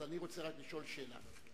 אני רוצה לשאול שאלה: